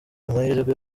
amahirwe